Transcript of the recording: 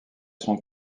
son